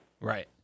Right